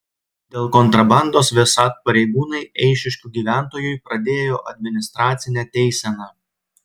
dėl kontrabandos vsat pareigūnai eišiškių gyventojui pradėjo administracinę teiseną